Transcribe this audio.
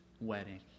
wedding